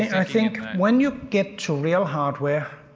i think when you get to real hardware,